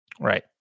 Right